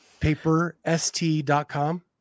Paperst.com